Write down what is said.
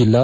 ಜಿಲ್ಲಾ